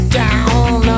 down